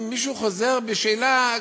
אם מישהו חוזר בשאלה,